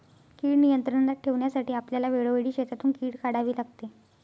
कीड नियंत्रणात ठेवण्यासाठी आपल्याला वेळोवेळी शेतातून कीड काढावी लागते